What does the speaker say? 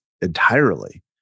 entirely